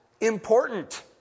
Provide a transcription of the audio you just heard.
important